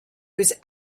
was